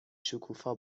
شکوفا